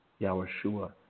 Yahushua